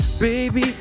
Baby